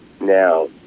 now